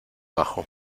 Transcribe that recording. bajo